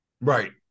right